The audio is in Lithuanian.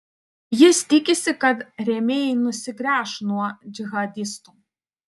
jis tikisi kad rėmėjai nusigręš nuo džihadistų